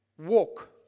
walk